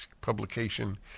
publication